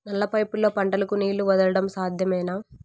నల్ల పైపుల్లో పంటలకు నీళ్లు వదలడం సాధ్యమేనా?